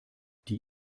die